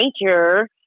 nature